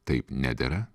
taip nedera